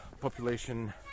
population